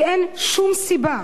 כי אין שום סיבה